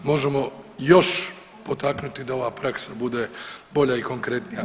Možemo još potaknuti da ova praksa bude bolja i konkretnija.